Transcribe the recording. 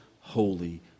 holy